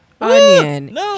onion